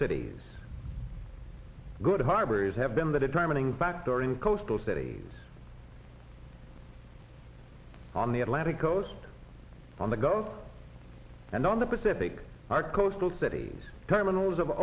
cities good harbors have been the determining factor in coastal cities on the atlantic coast on the gulf and on the pacific our coastal cities terminals of